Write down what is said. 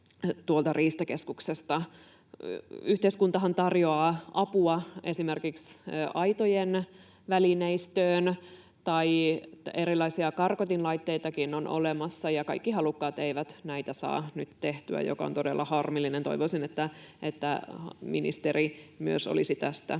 Yhteiskuntahan tarjoaa apua esimerkiksi aitojen välineistöön, tai erilaisia karkotinlaitteitakin on olemassa, ja kaikki halukkaat eivät näitä saa nyt tehtyä, mikä on todella harmillista. Toivoisin, että ministeri olisi myös tästä